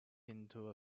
into